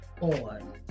on